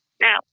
Now